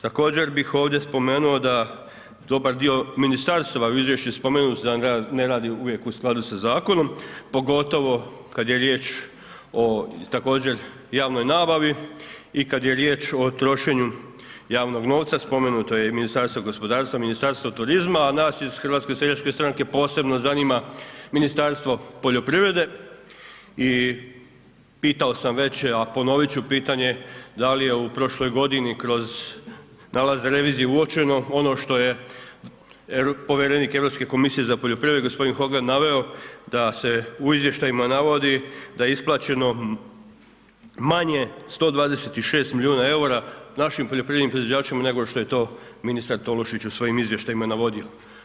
Također bih ovdje spomenuo da dobar dio ministarstva u izvješću je spomenut da ga ne radi uvijek u skladu sa zakonom, pogotovo kad je riječ o također javnoj nabavi i kad je o riječ o trošenju javnog novca, spomenuto je i Ministarstvo gospodarstva, Ministarstvo turizma a nas ih HSS-a posebno zanima Ministarstvo poljoprivrede i pitao sam već a ponovit ću pitanje, da li je u prošloj godini kroz nalaz revizije uočeno ono što je povjerenik Europske komisije za poljoprivredu, g. Hogan naveo, da se u izvještajima navodi da je isplaćeno manje 126 milijuna eura našim poljoprivrednim proizvođačima nego što je to ministar Tolušić u svojim izvještajima navodio.